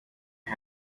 aha